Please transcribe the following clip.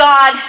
God